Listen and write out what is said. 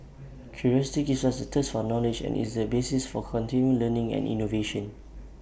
curiosity gives us the thirst one knowledge and is the basis for continual learning and innovation